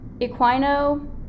Equino